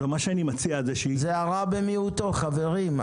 לא, מה שאני מציע --- זה הרע במיעוטו, חברים.